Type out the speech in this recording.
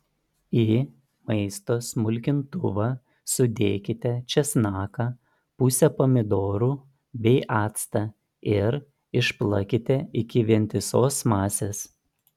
į maisto smulkintuvą sudėkite česnaką pusę pomidorų bei actą ir išplakite iki vientisos masės